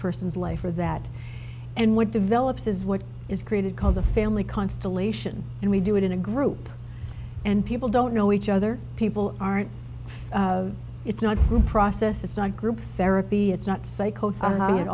person's life or that and what develops is what is created called the family constellation and we do it in a group and people don't know each other people aren't it's not a group process it's not group therapy it's not